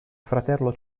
fratello